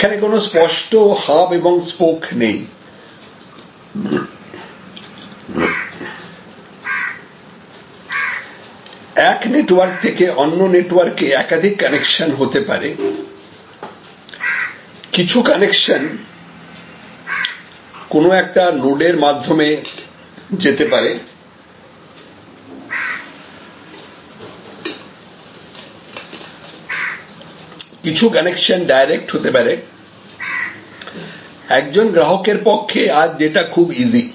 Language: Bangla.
এখানে কোন স্পষ্ট হাব এবং স্পোক নেই এক নেটওয়ার্ক থেকে অন্য নেটওয়ার্কে একাধিক কানেকশন হতে পারে কিছু কানেকশন কোন একটি নোডের মাধ্যমে যেতে পারে কিছু কানেকশন ডাইরেক্ট হতে পারেএকজন গ্রাহকের পক্ষে আজ যেটা খুব ইজি